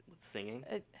Singing